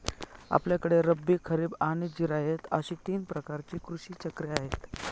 आपल्याकडे रब्बी, खरीब आणि जिरायत अशी तीन प्रकारची कृषी चक्रे आहेत